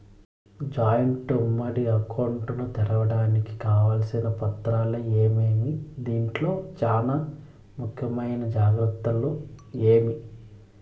Joint ఉమ్మడి account ను తెరవడానికి కావాల్సిన పత్రాలు ఏమేమి? దీంట్లో చానా ముఖ్యమైన జాగ్రత్తలు ఏమి?